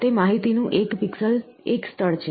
તે માહિતી નું એક પિક્સેલ એક સ્થળ છે